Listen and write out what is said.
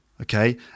okay